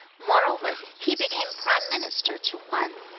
moreover, he became prime minister to hwan